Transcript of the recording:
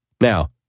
Now